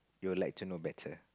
would like to know better